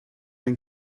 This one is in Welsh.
ein